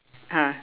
ah